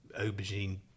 aubergine